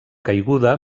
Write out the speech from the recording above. caiguda